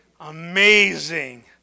Amazing